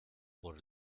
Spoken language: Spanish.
por